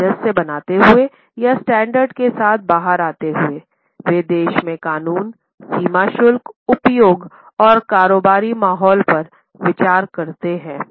सामंजस्य बनाते हुए या स्टैंडर्ड के साथ बाहर आते समय वे देश में कानून सीमा शुल्क उपयोग और कारोबारी माहौल पर विचार करते हैं